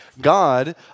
God